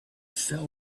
fell